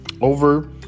over